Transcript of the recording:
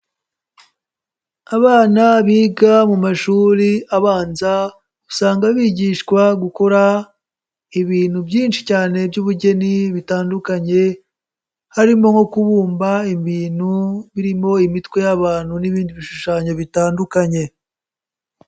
Abana biga mu mashuri abanza usanga bigishwa gukora ibintu byinshi cyane by'ubugeni bitandukanye, harimo nko kubumba ibintu birimo imitwe y'abantu n'ibindi bishushanyo bitandukanye.